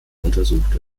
untersucht